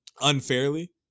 unfairly